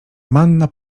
manna